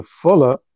Fuller